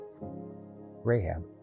Rahab